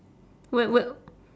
whe~ whe~